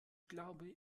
glaube